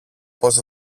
πώς